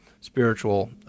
spiritual